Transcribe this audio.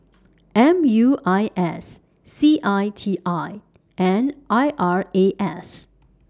M U I S C I T I and I R A S